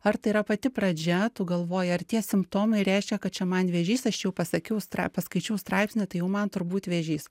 ar tai yra pati pradžia tu galvoji ar tie simptomai reiškia kad čia man vėžys aš jau pasakiau paskaičiau straipsnį tai jau man turbūt vėžys